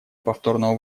повторного